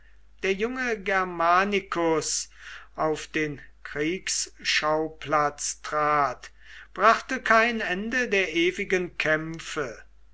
der junge germanicus auf den kriegsschauplatz trat brachte kein ende der ewigen kämpfe